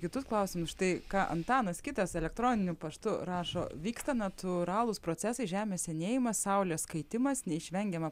kitus klausimus štai ką antanas kitas elektroniniu paštu rašo vyksta natūralūs procesai žemės senėjimas saulės kaitimas neišvengiama